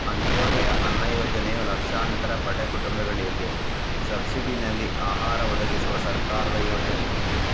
ಅಂತ್ಯೋದಯ ಅನ್ನ ಯೋಜನೆಯು ಲಕ್ಷಾಂತರ ಬಡ ಕುಟುಂಬಗಳಿಗೆ ಸಬ್ಸಿಡಿನಲ್ಲಿ ಆಹಾರ ಒದಗಿಸುವ ಸರ್ಕಾರದ ಯೋಜನೆ